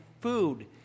food